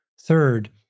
third